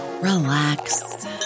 relax